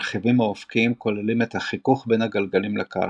הרכיבים האופקיים כוללים את החיכוך בין הגלגלים לקרקע,